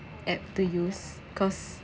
app to use cause